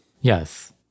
Yes